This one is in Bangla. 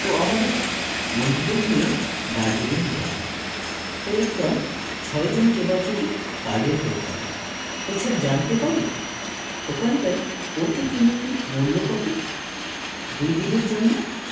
তো আমার এক বন্ধুদের নিয়ে দার্জিলিংয়ে যাব তো একটা ছয় জন ক্যাপাসিটি কারের দরকার তো স্যার জানতে পারি ওখানকার প্রতি কিমিতে মূল্য কত দুই দিনের জন্য